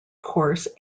course